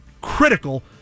critical